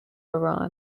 iran